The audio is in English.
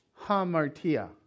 hamartia